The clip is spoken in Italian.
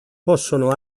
possono